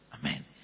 Amen